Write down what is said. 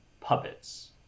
puppets